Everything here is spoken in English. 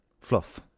Fluff